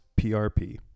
PRP